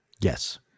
Yes